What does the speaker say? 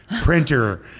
printer